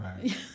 Right